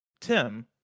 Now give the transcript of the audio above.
tim